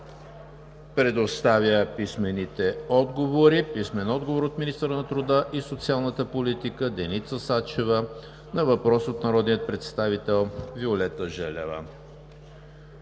предоставя писмените отговори от: - министъра на труда и социалната политика Деница Сачева на въпрос от народния представител Виолета Желева;